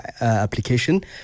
application